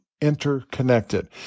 interconnected